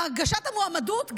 והגשת המועמדות,